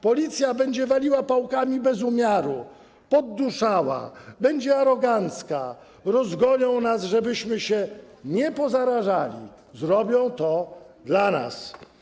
Policja będzie waliła pałkami bez umiaru, będzie podduszała, będzie arogancka, rozgonią nas, żebyśmy się nie pozarażali, zrobią to dla nas.